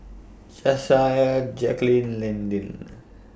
Jasiah Jaquelin Landyn